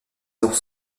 heures